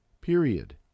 period